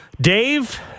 Dave